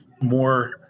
more